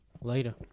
Later